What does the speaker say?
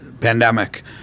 pandemic